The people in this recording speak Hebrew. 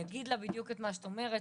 יגיד לה בדיוק את מה שאומרת,